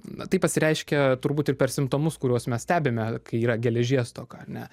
na tai pasireiškia turbūt ir per simptomus kuriuos mes stebime kai yra geležies stoka ar ne